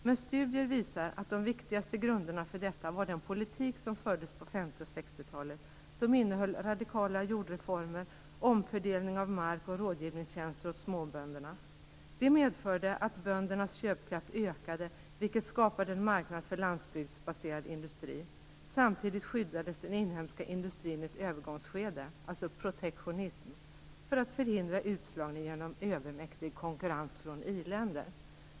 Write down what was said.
Men studier visar att de viktigaste grunderna för detta var den politik som fördes på 50 och 60-talen, som innehöll radikala jordreformer, omfördelning av mark och rådgivningstjänster åt småbönderna. Det medförde att böndernas köpkraft ökade, vilket skapade en marknad för landsbygdsbaserad industri. Samtidigt skyddades den inhemska industrin i ett övergångsskede, alltså protektionism, för att förhindra utslagning genom övermäktig konkurrens från iländer.